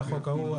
על החוק ההוא.